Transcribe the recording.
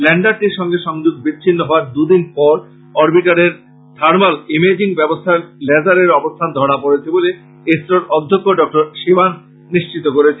লেন্ডারটির সঙ্গে সংযোগ বিচ্ছিন্ন হওয়ার দুদিন পর অরবিটারের থারমেল ইমেজিং ব্যবস্থায় লেন্ডারের অবস্থান ধরা পড়েছে বলে ইসরোর অধ্যক্ষ ডঃ সিবান নিশ্চিত করেছেন